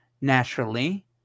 Naturally